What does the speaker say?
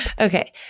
okay